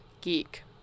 geek